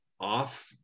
off